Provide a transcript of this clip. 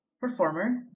performer